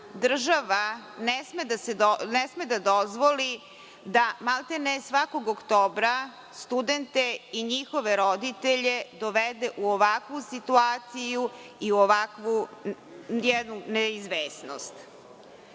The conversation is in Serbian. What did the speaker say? ne sme da dozvoli da maltene svakog oktobra studente i njihove roditelje dovede u ovakvu situaciju i u ovakvu neizvesnost. Takođe,